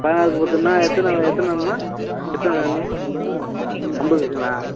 பதினாறுக்கு பத்துன்னா எத்தனை எத்தனைம்மா எத்தனை வேணும் ஐம்பது